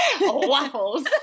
Waffles